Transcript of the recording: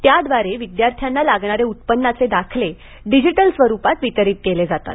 त्याद्वारे विद्यार्थांना लागणारे उत्पन्नाचे दाखले डिजीटल स्वरूपात वितरीत केले जातात